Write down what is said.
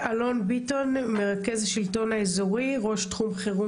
אלון ביטון, מרכז השלטון האזורי, ראש תחום חירום